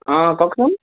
অঁ কওকচোন